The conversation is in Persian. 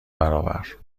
برابر